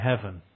heaven